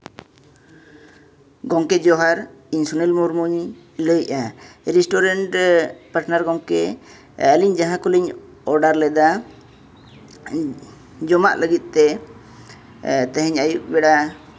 ᱜᱚᱢᱠᱮ ᱡᱚᱸᱦᱟᱨ ᱤᱧ ᱥᱩᱱᱤᱞ ᱢᱩᱨᱢᱩᱧ ᱞᱟᱹᱭᱮᱫᱼᱟ ᱨᱮᱥᱴᱩᱨᱮᱱᱴ ᱨᱮ ᱯᱟᱴᱱᱟᱨ ᱜᱚᱢᱠᱮᱧ ᱟᱹᱞᱤᱧ ᱡᱟᱦᱟᱸ ᱠᱚᱞᱤᱧ ᱚᱰᱟᱨ ᱞᱮᱫᱟ ᱡᱚᱢᱟᱜ ᱞᱟᱹᱜᱤᱫᱛᱮ ᱛᱮᱦᱮᱧ ᱟᱹᱭᱩᱵ ᱵᱮᱲᱟ